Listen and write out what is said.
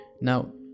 Now